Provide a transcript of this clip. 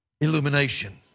illumination